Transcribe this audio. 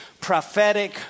prophetic